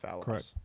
Correct